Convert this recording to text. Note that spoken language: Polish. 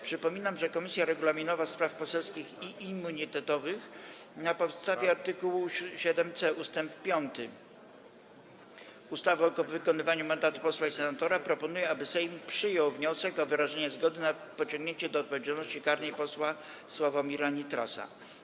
Przypominam, że Komisja Regulaminowa, Spraw Poselskich i Immunitetowych na podstawie art. 7c ust. 5 ustawy o wykonywaniu mandatu posła i senatora proponuje, aby Sejm przyjął wniosek o wyrażenie zgody na pociągnięcie do odpowiedzialności karnej posła Sławomira Nitrasa.